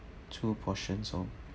two portions of